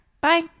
Bye